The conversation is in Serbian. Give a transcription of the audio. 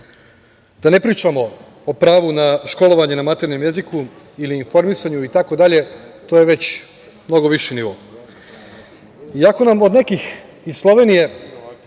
Da ne pričamo o pravu na školovanje na maternjem jeziku ili informisanju itd. to je već mnogo viši nivo. Iako nam od nekih iz Slovenije